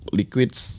liquids